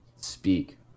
speak